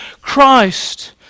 Christ